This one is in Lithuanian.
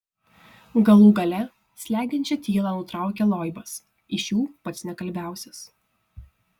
galų gale slegiančią tylą nutraukė loibas iš jų pats nekalbiausias